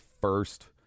first